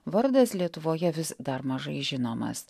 vardas lietuvoje vis dar mažai žinomas